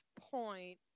point